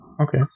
Okay